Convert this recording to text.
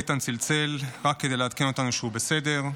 איתן צלצל רק כדי לעדכן אותנו שהוא בסדר.